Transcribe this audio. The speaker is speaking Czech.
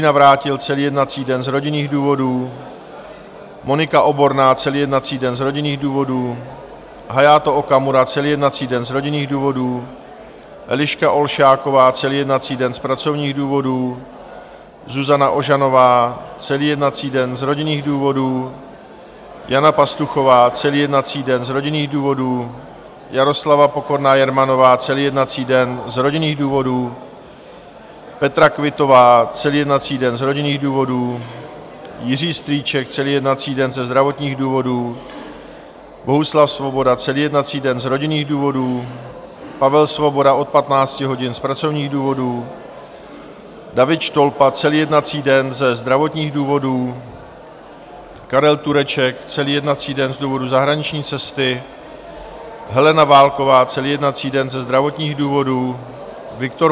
Navrátil celý jednací den z rodinných důvodů, Monika Oborná celý jednací den z rodinných důvodů, Hayato Okamura celý jednací den z rodinných důvodů, Eliška Olšáková celý jednací den z pracovních důvodů, Zuzana Ožanová celý jednací den z rodinných důvodů, Jana Pastuchová celý jednací den z rodinných důvodů, Jaroslava Pokorná Jermanová celý jednací den z rodinných důvodů, Petra Quittová celý jednací den z rodinných důvodů, Jiří Strýček celý jednací den ze zdravotních důvodů, Bohuslav Svoboda celý jednací den z rodinných důvodů, Pavel Svoboda od 15 hodin z pracovních důvodů, David Štolpa celý jednací den ze zdravotních důvodů, Karel Tureček celý jednací den z důvodu zahraniční cesty, Helena Válková celý jednací den ze zdravotních důvodů, Viktor